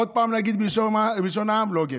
עוד פעם, אגיד בלשון העם, לא גבר.